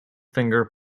finger